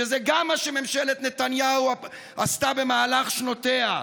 שזה גם מה שממשלת נתניהו עשתה במהלך שנותיה.